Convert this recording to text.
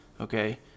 Okay